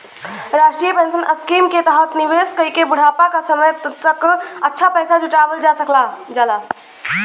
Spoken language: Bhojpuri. राष्ट्रीय पेंशन स्कीम के तहत निवेश कइके बुढ़ापा क समय तक अच्छा पैसा जुटावल जा सकल जाला